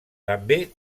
també